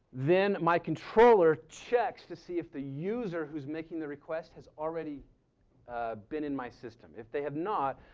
then my controller checks to see if the user who's making the request has already been in my system. if they have not,